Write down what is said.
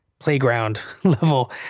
playground-level